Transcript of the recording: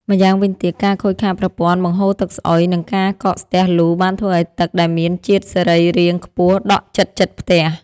ម្យ៉ាងវិញទៀត ការខូចខាតប្រព័ន្ធបង្ហូរទឹកស្អុយ និងការកកស្ទះលូ បានធ្វើឱ្យទឹកដែលមានជាតិសរីរាង្គខ្ពស់ដក់ជិតៗផ្ទះ។